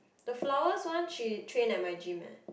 the flowers one she trained at my gym eh